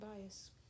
bias